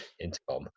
intercom